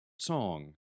song